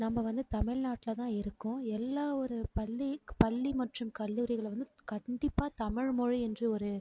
நம்ம வந்து தமிழ்நாட்டில் தான் இருக்கோம் எல்லா ஒரு பள்ளி பள்ளி மற்றும் கல்லூரிகளில் வந்து கண்டிப்பாக தமிழ்மொழி என்று ஒரு